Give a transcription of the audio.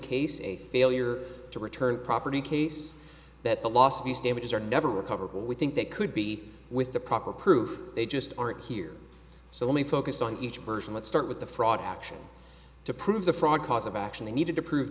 case a failure to return the property case that the loss of these damages are never recovered we think they could be with the proper proof they just aren't here so let me focus on each version let's start with the fraud action to prove the fraud cause of action they needed to prove